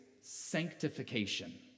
sanctification